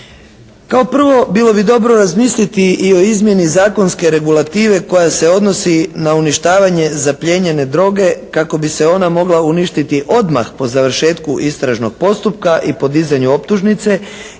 Kao prvo bilo bi dobro razmisliti i o izmjeni zakonske regulative koja se odnosi na uništavanje zaplijenjene droge kako bi se ona mogla uništiti odmah po završetku istražnog postupka i po dizanju optužnice, jer u ovom prijedlogu za